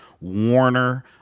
warner